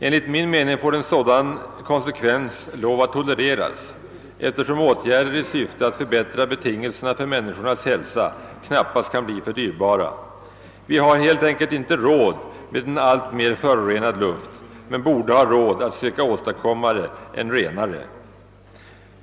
Enligt min mening måste en sådan konsekvens tolereras, eftersom åtgärder i syfte att förbättra betingelserna för människornas hälsa knappast kan bli för dyrbara. Vi har helt enkelt inte råd med en alltmer förorenad luft, men borde ha råd att söka åstadkomma en renare.